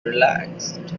relaxed